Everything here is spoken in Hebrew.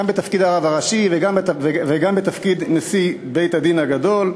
בתפקיד הרב הראשי וגם בתפקיד נשיא בית-הדין הגדול,